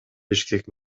бишкек